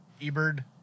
E-Bird